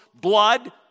blood